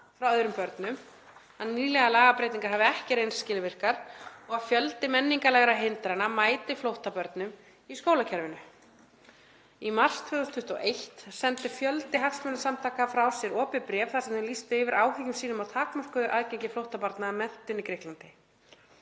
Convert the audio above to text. frá öðrum börnum, að nýlegar lagabreytingar hafi ekki reynst skilvirkar og að fjöldi menningarlegra hindrana mæti flóttabörnum í skólakerfinu. Í mars 2021 sendi fjöldi hagsmunasamtaka frá sér opið bréf þar sem þau lýstu yfir áhyggjum sínum á takmörkuðu aðgengi flóttabarna að menntun í Grikklandi.